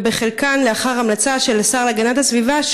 וחלקם לאחר המלצה של השר להגנת הסביבה,